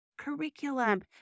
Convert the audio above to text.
curriculum